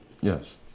Yes